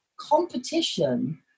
competition